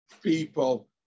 people